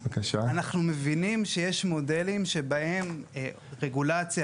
אנחנו מבינים שיש מודלים שבהם רגולציה,